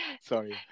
Sorry